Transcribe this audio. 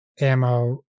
ammo